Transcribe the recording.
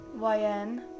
YN